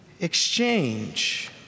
exchange